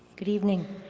good evening.